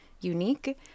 unique